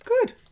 Good